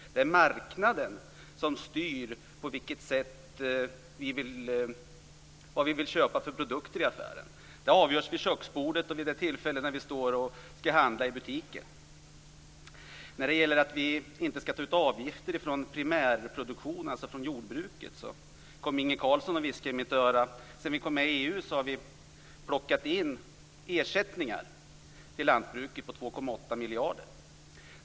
Det är marknaden som styr vilka produkter vi vill köpa i affären. Det avgörs vid köksbordet och när vi står i butiken och skall handla. När det gäller att vi inte skall ta ut avgifter från primärproduktionen, alltså från jordbruket, viskade Inge Carlsson i mitt öra att sedan vi kom med i EU har vi plockat in ersättningar till lantbruket på 2,8 miljarder.